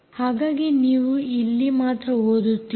ಹಾಗಾಗಿ ನೀವು ಇಲ್ಲಿ ಮಾತ್ರ ಓದುತ್ತೀರಿ